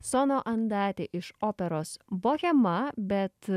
sonoandatė iš operos bohema bet